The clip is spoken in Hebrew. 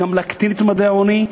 גם להקטין את ממדי העוני,